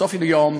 בסופו של יום,